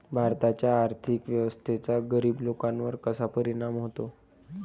भारताच्या आर्थिक व्यवस्थेचा गरीब लोकांवर कसा परिणाम होतो?